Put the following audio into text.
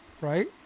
right